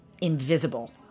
invisible